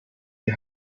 die